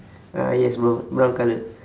ah yes bro brown colour